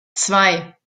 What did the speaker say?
zwei